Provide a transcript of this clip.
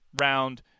round